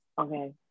okay